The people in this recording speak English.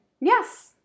Yes